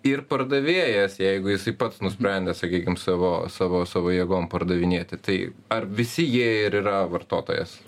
ir pardavėjas jeigu jisai pats nusprendė sakykim savo savo savo jėgom pardavinėti tai ar visi jie ir yra vartotojas